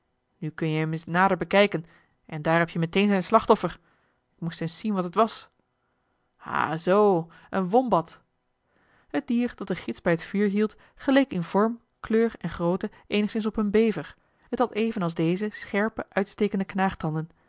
nu kun je hem eens nader bekijken en daar heb je meteen zijn slachtoffer ik moest eens zien wat het was hà zoo een wombat het dier dat de gids bij het vuur hield geleek in vorm kleur en grootte eenigszins op een bever het had even als deze scherpe uitstekende knaagtanden